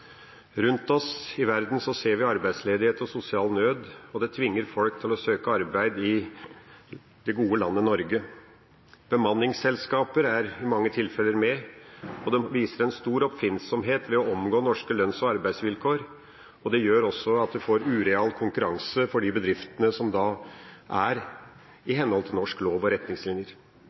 tvinger folk til å søke arbeid i det gode landet Norge. Bemanningsselskaper er i mange tilfeller med, og de viser en stor oppfinnsomhet ved å omgå norske lønns- og arbeidsvilkår. Det gjør også at man får ureal konkurranse for de bedriftene som da driver i henhold til norsk lov og norske retningslinjer.